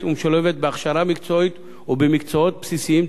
ומשולבת בהכשרה מקצועית במקצועות בסיסיים,